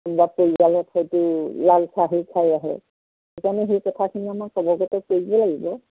কোনোবা পৰিয়ালত হয়তো লাল চাহেই খাই আহে সেইকাৰণে সেই কথাখিনি আমাক অৱগত কৰিব লাগিব